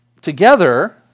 together